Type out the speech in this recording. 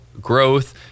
growth